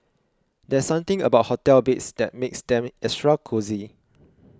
there's something about hotel beds that makes them extra cosy